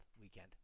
weekend